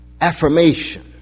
affirmation